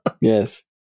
yes